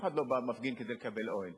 אף אחד לא מפגין כדי לקבל אוהל.